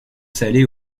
salée